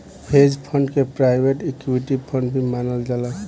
hedge fund के private equity fund भी मानल जाला